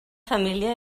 família